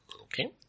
Okay